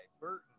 Burton